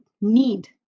need